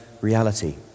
reality